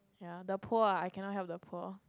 ya the poor ah I cannot help the poor